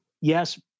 yes